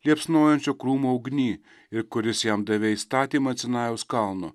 liepsnojančio krūmo ugny ir kuris jam davei įstatymą ant sinajaus kalno